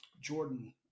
jordan